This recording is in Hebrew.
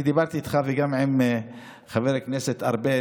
אני דיברתי איתך וגם עם חבר הכנסת ארבל,